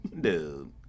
Dude